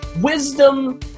wisdom